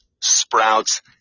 sprouts